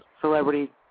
celebrity